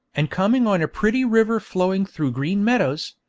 and coming on a pretty river flowing through green meadows,